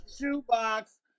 shoebox